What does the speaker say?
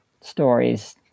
stories